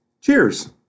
cheers